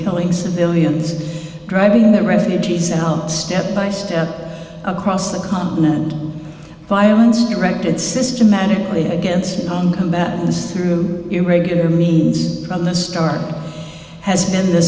killing civilians driving the refugees out step by step across the continent violence directed systematically against noncombatant this through irregular means from the start has been the